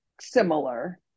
similar